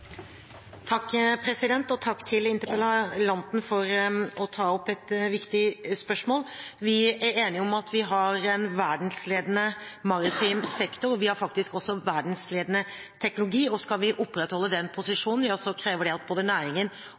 Takk til interpellanten for å ta opp et viktig spørsmål. Vi er enige om at vi har en verdensledende maritim sektor, og vi har faktisk også verdensledende teknologi. Skal vi opprettholde den posisjonen, krever det at både næringen